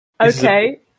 Okay